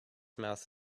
mouth